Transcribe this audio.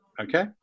okay